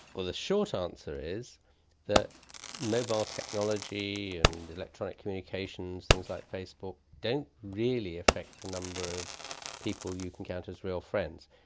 well, the short answer is that mobile technology and electronic communications, things like facebook, don't really affect the number of people you can count as real friends.